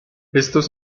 estos